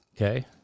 Okay